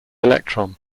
electron